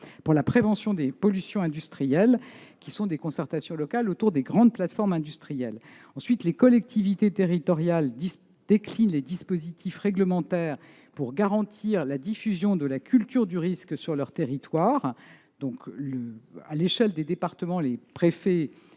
pour la prévention des pollutions et des risques industriels, qui organisent des concertations locales autour des grandes plateformes industrielles. Par ailleurs, les collectivités territoriales déclinent les dispositifs réglementaires pour garantir la diffusion de la culture du risque sur leur territoire. À l'échelle des départements, les préfets